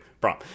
prom